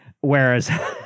whereas